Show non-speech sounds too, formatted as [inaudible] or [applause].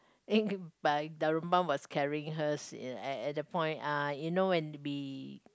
[noise] Darunpan was carrying hers at at the point ah you know when we